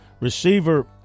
Receiver